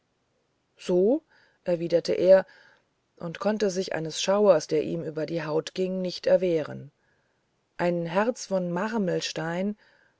so erwiderte er und konnte sich eines schauers der ihm über die haut ging nicht erwehren ein herz von